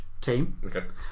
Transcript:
team